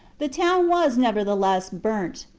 the town was, nevertheless, burnt,